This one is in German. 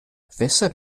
weshalb